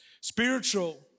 Spiritual